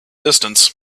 distance